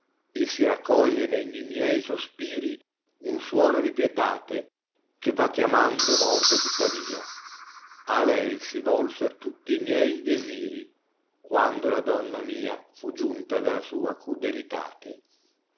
muore si raccoglie negli miei sospiri un suono di pietà te che va chiamando morte tuttavia a lei si volser tutti i miei desiri quando la donna mia fu giunta dalla sua